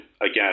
again